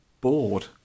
bored